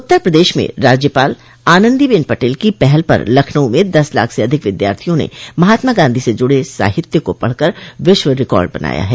उत्तर प्रदेश में राज्यपाल आनन्दी बेन पटेल की पहल पर लखनऊ में दस लाख से अधिक विधार्थियों ने महात्मा गांधी से जुड़े साहित्य को पढ़कर विश्व रिकार्ड बनाया है